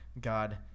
God